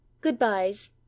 Goodbyes